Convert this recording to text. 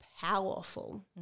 powerful